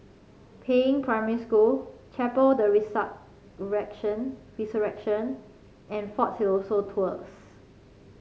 Peiying Primary School Chapel the rection Resurrection and Fort Siloso Tours